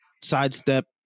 sidestep